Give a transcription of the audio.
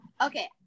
okay